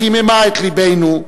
חיממה את לבנו,